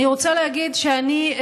אני רוצה להגיד שאני,